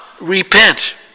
repent